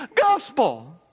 gospel